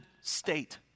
state